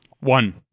One